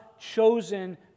chosen